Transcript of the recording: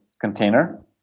container